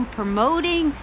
promoting